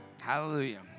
Hallelujah